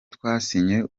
twasinye